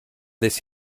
this